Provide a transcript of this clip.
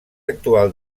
actual